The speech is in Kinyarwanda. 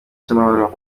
cy’amahoro